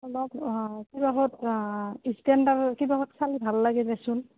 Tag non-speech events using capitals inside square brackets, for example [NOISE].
[UNINTELLIGIBLE] কিবা [UNINTELLIGIBLE] ইষ্টেণ্ডাৰ কিবা [UNINTELLIGIBLE] চাই ভাল লাগে দেচোন